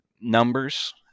numbers